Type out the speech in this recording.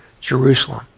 Jerusalem